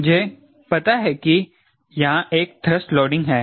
मुझे पता है कि यहाँ एक थ्रस्ट लोडिंग है